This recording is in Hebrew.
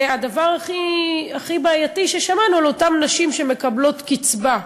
הדבר הכי בעייתי ששמענו הוא על אותן נשים שמקבלות קצבה.